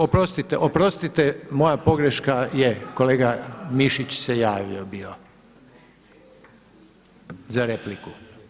Oprostite moja podrška je kolega Mišić se javio bio za repliku.